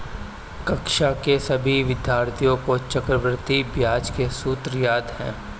कक्षा के सभी विद्यार्थियों को चक्रवृद्धि ब्याज के सूत्र याद हैं